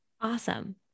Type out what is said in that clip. Awesome